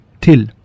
till